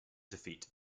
defeat